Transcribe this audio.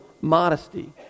modesty